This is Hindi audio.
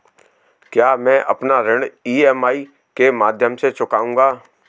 क्या मैं अपना ऋण ई.एम.आई के माध्यम से चुकाऊंगा?